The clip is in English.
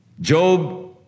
Job